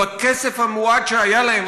בכסף המועט שהיה להם,